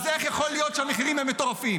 אז איך יכול להיות שהמחירים הם מטורפים?